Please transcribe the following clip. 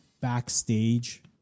backstage